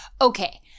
Okay